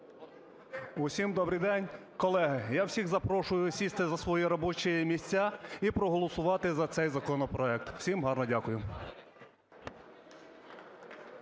Усім добрий день! Колеги, я всіх запрошую сісти за свої робочі місця і проголосувати за цей законопроект. Всім гарно дякую!